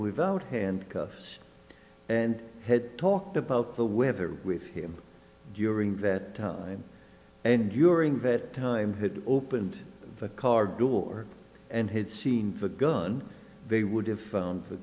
without handcuffs and had talked about the weather with him during that time and during that time had opened the car door and had seen the gun they would have found